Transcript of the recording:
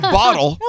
bottle